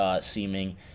seeming